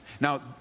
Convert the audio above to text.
Now